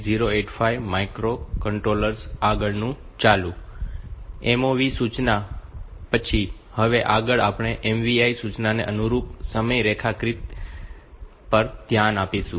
MOV સૂચના પછી હવે આગળ આપણે MVI સૂચનાને અનુરૂપ સમય રેખાકૃતિ પર ધ્યાન આપીશું